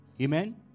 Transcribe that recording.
Amen